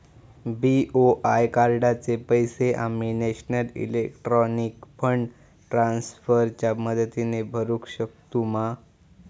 BOI कार्डाचे पैसे आम्ही नेशनल इलेक्ट्रॉनिक फंड ट्रान्स्फर च्या मदतीने भरुक शकतू मा?